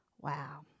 Wow